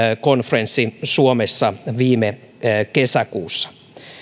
konferenssi suomessa viime kesäkuussa